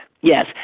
Yes